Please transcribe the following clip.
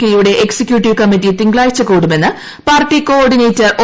K യുടെ executive committee തിങ്കളാഴ്ച കൂടുമെന്ന് പാർട്ടി കോ ഓർഡിനേറ്റർ ഒ